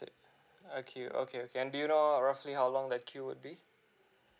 okay okay can do you know roughly how long that queue would be